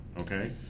okay